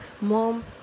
Mom